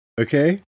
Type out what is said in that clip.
Okay